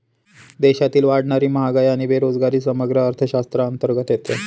देशातील वाढणारी महागाई आणि बेरोजगारी समग्र अर्थशास्त्राअंतर्गत येते